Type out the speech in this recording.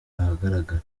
ahagaragara